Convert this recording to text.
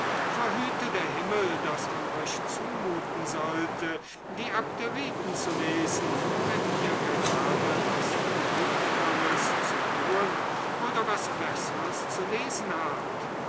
der himmel daß man euch zumuten sollte die abderiten zu lesen wenn ihr gerade was nötigeres zu tun oder was besseres zu lesen habt